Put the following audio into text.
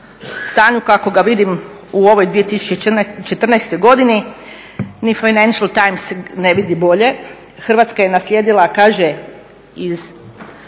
stanju kako ga vidim u ovoj 2014. godini, ni Financial times ne vidi bolje. Hrvatska je naslijedila, kaže, iz